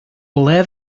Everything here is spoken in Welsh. ble